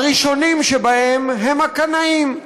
הראשונים שבהם הם הקנאים.